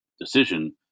decision